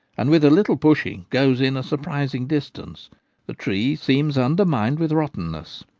and with a little push ing goes in a surprising distance the tree seems undermined with rottenness.